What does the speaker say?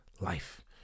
life